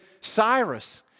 Cyrus